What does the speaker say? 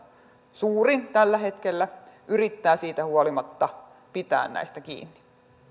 suurin tällä hetkellä yrittää siitä huolimatta pitää näistä kiinni